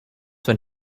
when